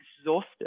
exhausted